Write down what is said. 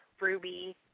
ruby